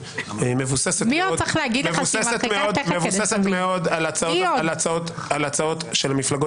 ומתן גם הוציא סרטון על 61,